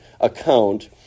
account